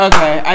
Okay